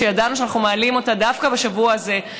שידענו שאנחנו מעלים אותה דווקא בשבוע הזה,